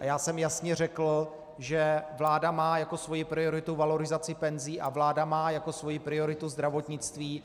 Já jsem jasně řekl, že vláda má jako svoji prioritu valorizaci penzí a vláda má jako svoji prioritu zdravotnictví.